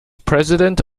president